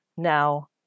Now